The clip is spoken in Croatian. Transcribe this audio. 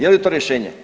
Je li to rješenje?